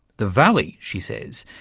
the valley, she says,